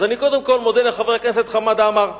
אז קודם כול אני מודה לחבר הכנסת חמד עמאר,